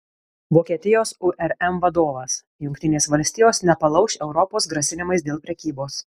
vokietijos urm vadovas jungtinės valstijos nepalauš europos grasinimais dėl prekybos